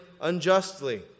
unjustly